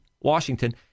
Washington